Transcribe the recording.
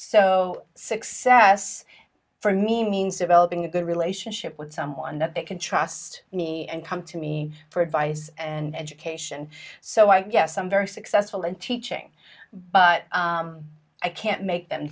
so success for me means developing a good relationship with someone that they can trust me and come to me for advice and education so i guess i'm very successful in teaching but i can't make them